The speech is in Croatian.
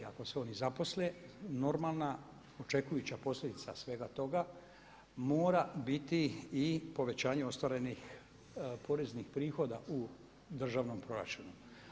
Ako se oni zaposle normalna očekujuća posljedica svega toga mora biti i povećanje ostvarenih poreznih prihoda u državnom proračunu.